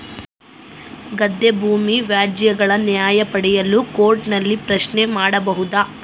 ಗದ್ದೆ ಭೂಮಿ ವ್ಯಾಜ್ಯಗಳ ನ್ಯಾಯ ಪಡೆಯಲು ಕೋರ್ಟ್ ನಲ್ಲಿ ಪ್ರಶ್ನೆ ಮಾಡಬಹುದಾ?